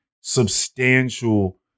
substantial